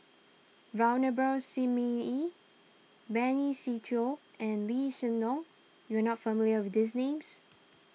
Venerable Shi Ming Yi Benny Se Teo and Lee Hsien Loong you are not familiar with these names